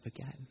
again